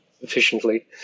efficiently